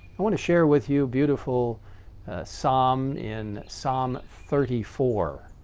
i wanna share with you a beautiful psalm in psalm thirty four.